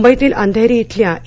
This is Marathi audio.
मुंबईतील अंधेरी इथल्या इ